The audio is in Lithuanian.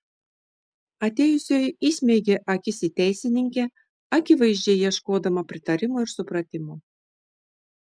atėjusioji įsmeigė akis į teisininkę akivaizdžiai ieškodama pritarimo ir supratimo